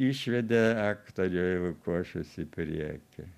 išvedė aktorių lukošius į priekį